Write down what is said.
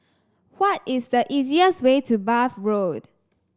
why is the easiest way to Bath Road